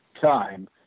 time